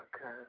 Okay